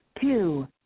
Two